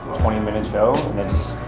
twenty minute show and